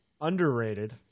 underrated